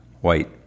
white